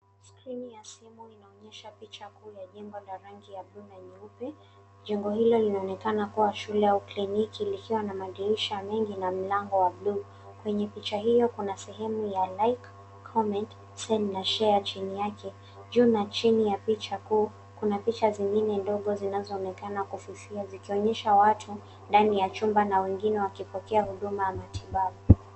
Skrini ya simu inaonyesha picha kuu ya jumba la rangi ya bluu na nyeupe. Jengo hilo linaonekana kuwa shule au kliniki likiwa na madirisha mengi na mlango wa bluu. Kwenye picha hiyo kuna sehemu ya Like, Comment, Send na Share chini yake. Juu na chini ya picha kuu, kuna picha zingine ndogo zinazoonekana kufifia zikionyesha watu ndani ya chumba na wengine wakipokea huduma ya matibu.